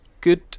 good